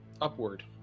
upward